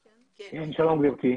כן, שלום, גברתי.